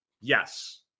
Yes